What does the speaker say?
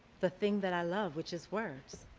the thing that i love which is words,